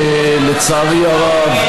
לצערי הרב,